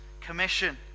Commission